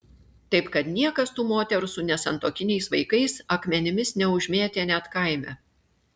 taip kad niekas tų moterų su nesantuokiniais vaikais akmenimis neužmėtė net kaime